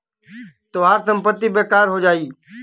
तोहार संपत्ति बेकार हो जाई